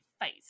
face